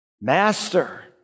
Master